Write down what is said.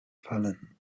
fallen